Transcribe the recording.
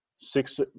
six